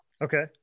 Okay